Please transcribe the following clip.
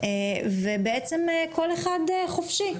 ובעצם כל אחד חופשי,